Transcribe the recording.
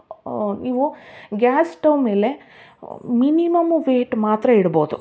ನೀವು gas stove ಮೇಲೆ minimum weight ಮಾತ್ರ ಇಡ್ಬೋದು